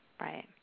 Right